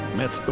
met